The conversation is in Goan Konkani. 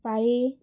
पाळी